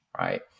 right